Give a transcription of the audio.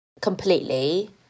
completely